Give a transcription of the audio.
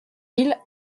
mille